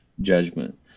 judgment